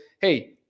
Hey